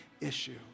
issue